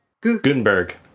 Gutenberg